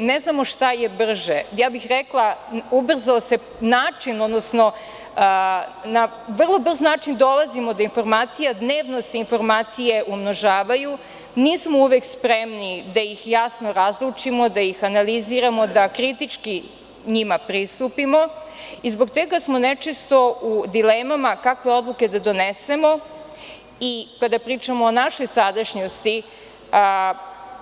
Ne znam šta je brže, rekla bih ubrzao se način, odnosno na vrlo brz način dolazimo do informacija, dnevno se informacije umnožavaju, nismo uvek spremni da ih jasno razlučimo, da ih analiziramo, da kritički njima pristupimo zbog čega smo ne često u dilemama kakve odluke da donesemo i kada pričamo o našoj sadašnjosti,